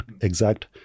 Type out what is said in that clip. exact